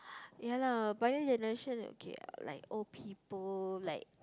ya lah pioneer generation okay ah like old people like